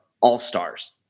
all-stars